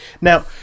Now